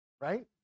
right